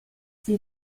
sie